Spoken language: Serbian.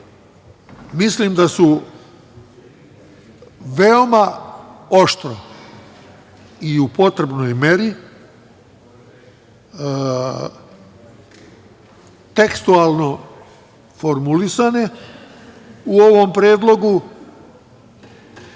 mislim da su veoma oštro i u potrebnoj meri tekstualno formulisane u ovom predlogu